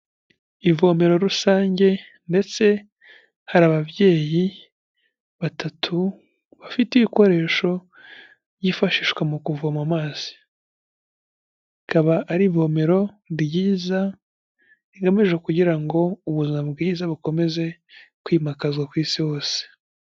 Ivomero rusange ndetse hari ababyeyi batatu bafite ibikoresho byifashishwa mu kuvoma amazi. Rikaba ari ivomero ryiza, rigamije kugira ngo ubuzima bwiza bukomeze kwimakazwa ku isi hose.